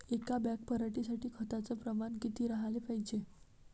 एक बॅग पराटी साठी खताचं प्रमान किती राहाले पायजे?